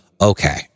okay